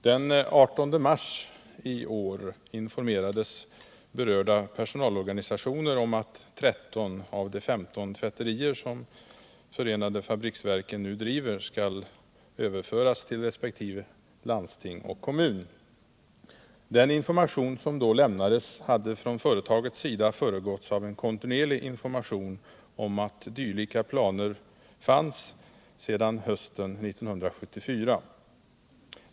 Den 18 mars 1977 informerades berörda personalorganisationer om att 13 av de 15 tvätterier som förenade fabriksverken nu driver skall överföras till resp. landsting och kommun. Den information som då lämnades hade från företagets sida föregåtts av en kontinuerlig information om dylika planer sedan hösten 1974.